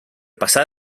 passar